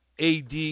AD